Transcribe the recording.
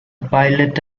pilot